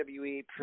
WWE